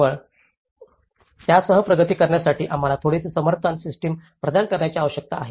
केवळ त्यासह प्रगती करण्यासाठी आम्हाला थोडेसे समर्थन सिस्टम प्रदान करण्याची आवश्यकता आहे